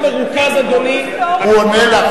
תודה רבה,